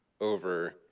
over